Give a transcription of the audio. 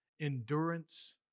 endurance